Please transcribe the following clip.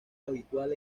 habitual